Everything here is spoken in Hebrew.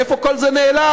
לאיפה כל זה נעלם?